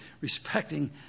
respecting